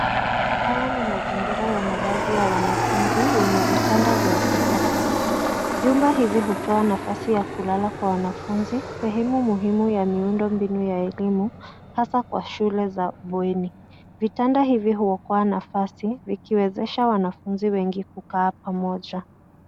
Haya ni mazingira ya malazi ya wanafunzi yenye vitanda vya ghorofa. Vyumba hivi, hutoa nafasi ya kulala kwa wanafunzi. Sehemu muhimu ya miundombinu ya elimu hasa kwa shule za bweni. Vitanda hivi huokoa nafasi vikiwezesha wanafunzi wengi kukaa pamoja.